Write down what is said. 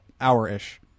hour-ish